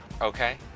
okay